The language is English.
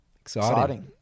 Exciting